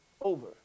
over